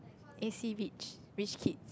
A_C rich rich kid